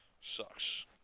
sucks